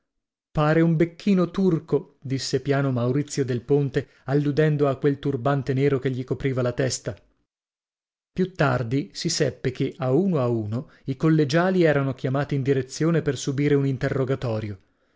pare un becchino turco disse piano maurizio del ponte alludendo a quel turbante nero che gli copriva la testa più tardi si seppe che a uno a uno i collegiali erano chiamati in direzione per subire un interrogatorio